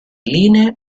linee